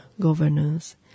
governors